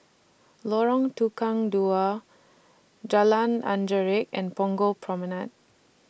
Lorong Tukang Dua Jalan Anggerek and Punggol Promenade